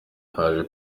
haje